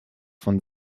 von